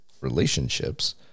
relationships